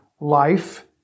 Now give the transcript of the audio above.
life